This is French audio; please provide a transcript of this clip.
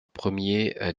premier